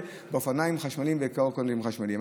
באופניים חשמליים ובקורקינטים חשמליים.